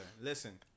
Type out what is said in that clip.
Listen